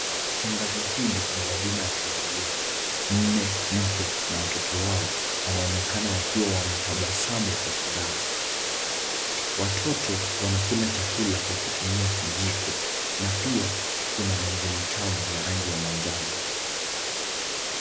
Tangazo hili ni la bima ya familia mume, mke na watoto wao wanaonekana wakiwa wanatabasamu kwa furaha, watoto wanakula chakula kwa kutumia kijiko na pia kuna maji matamu ya rangi ya manjano.